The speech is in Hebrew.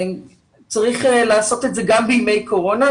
צריך לעשות את זה גם בימי קורונה,